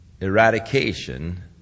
eradication